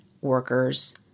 workers